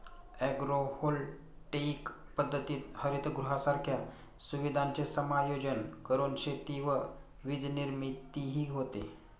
agrovoltaic पद्धतीत हरितगृहांसारख्या सुविधांचे समायोजन करून शेती व वीजनिर्मितीही होते